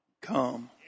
come